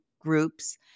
groups